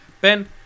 Ben